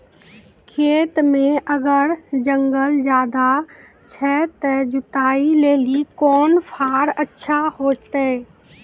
खेत मे अगर जंगल ज्यादा छै ते जुताई लेली कोंन फार अच्छा होइतै?